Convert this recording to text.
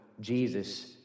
Jesus